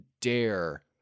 dare